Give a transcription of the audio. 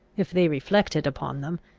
if they reflected upon them,